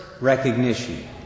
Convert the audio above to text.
recognition